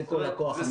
זה כל הכוח המקצועי.